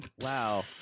wow